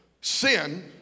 sin